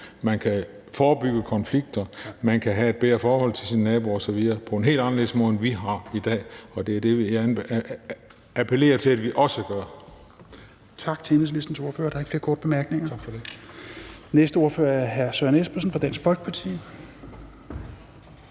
Man kan forebygge konflikter, man kan have et bedre forhold til sine naboer osv. på en helt anderledes måde, end vi har i dag, og det er det, vi appellerer til at vi også gør.